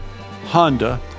Honda